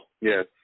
Yes